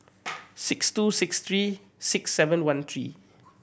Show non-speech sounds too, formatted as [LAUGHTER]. [NOISE] six two six three six seven one three